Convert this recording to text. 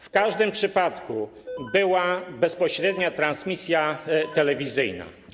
W każdym przypadku była bezpośrednia transmisja telewizyjna.